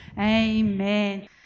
Amen